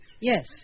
Yes